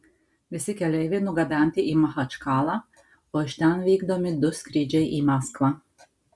visi keleiviai nugabenti į machačkalą o iš ten vykdomi du skrydžiai į maskvą